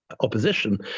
opposition